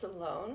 alone